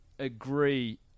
agree